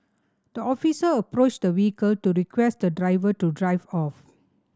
the officer approached the vehicle to request the driver to drive off